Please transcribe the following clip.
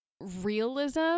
realism